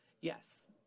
Yes